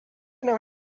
nam